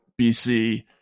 BC